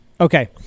Okay